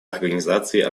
организации